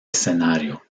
escenario